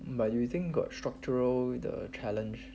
but you think got structural the challenge